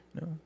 No